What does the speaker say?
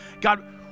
God